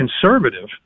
conservative